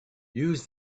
use